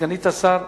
סגנית השר,